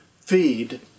feed